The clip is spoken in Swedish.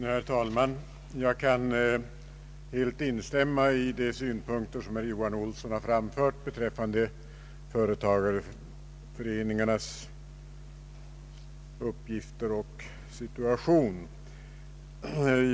Herr talman! Jag kan helt instämma i de synpunkter som herr Johan Olsson har framfört beträffande företagareföreningarnas uppgifter och situation.